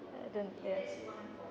I don't care